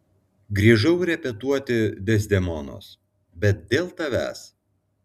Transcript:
grįžau repetuoti dezdemonos bet dėl tavęs